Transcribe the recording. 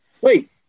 wait